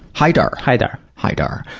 haidar. haidar. haidar.